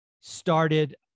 started